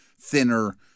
thinner